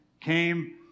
came